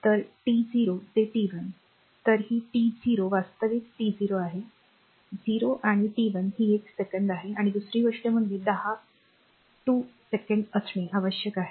तर टी 0 ते टी 1 तर ही टी 0 वास्तविक टी 0 आहे 0 आणि टी 1 ही एक सेकंद आहे आणि दुसरी गोष्ट म्हणजे दहा 2 सेकंद असणे आवश्यक आहे